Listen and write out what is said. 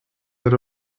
that